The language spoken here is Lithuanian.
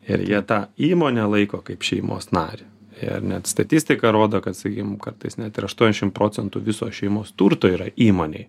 ir jie tą įmonę laiko kaip šeimos narį ir net statistika rodo kad sakykim kartais net ir aštuoniasdešim procentų viso šeimos turto yra įmonėj